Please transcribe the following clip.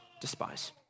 despise